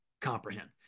comprehend